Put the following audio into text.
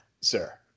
sir